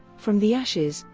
from the ashes,